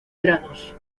granos